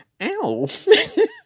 Ow